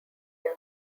area